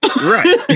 Right